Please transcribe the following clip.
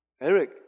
Eric